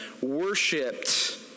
worshipped